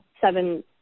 seven